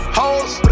hoes